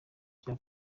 bya